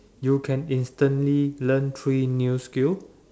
you can instantly learn three new skill